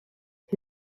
who